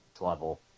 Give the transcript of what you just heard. level